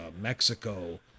Mexico